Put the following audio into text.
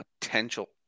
potential